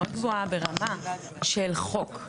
מאוד גבוהה ברמה של חוק.